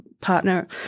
partner